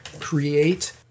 Create